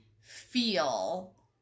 feel